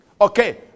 Okay